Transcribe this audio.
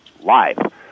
live